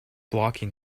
blocking